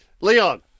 Leon